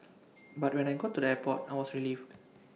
but when I got to the airport I was relieved